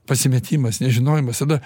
pasimetimas nežinojimas tada